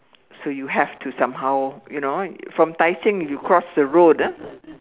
so you have to somehow you know from Tai Seng you cross the road ah